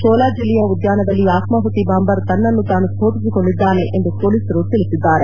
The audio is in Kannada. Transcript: ಶೋಲಾ ಜಿಲ್ಲೆಯ ಉದ್ದಾನದಲ್ಲಿ ಆತ್ಯಾಹುತಿ ಬಾಂಬರ್ ತನ್ನನ್ನು ಸ್ಪೋಟಿಸಿಕೊಂಡಿದ್ದಾನೆ ಎಂದು ಪೊಲೀಸರು ತಿಳಿಸಿದ್ದಾರೆ